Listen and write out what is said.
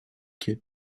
kit